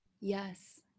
yes